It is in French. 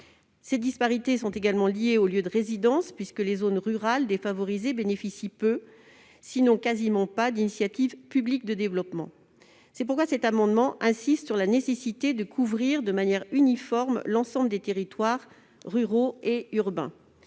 Ces disparités sont également liées au lieu de résidence, puisque les zones rurales défavorisées bénéficient peu, sinon quasiment pas, d'initiatives publiques en faveur du développement. C'est pourquoi cet amendement tend à insister sur la nécessité de couvrir de manière uniforme l'ensemble des territoires ruraux et urbains.,